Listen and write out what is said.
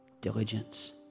diligence